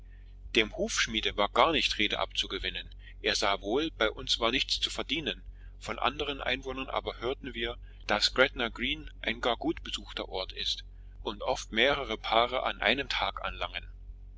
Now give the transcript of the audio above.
dem hufschmiede war gar nicht rede abzugewinnen er sah wohl bei uns war nichts zu verdienen von anderen einwohnern aber hörten wir daß gretna green ein gar gut besuchter ort ist und oft mehrere paare in einem tag anlangen